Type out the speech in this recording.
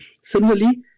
Similarly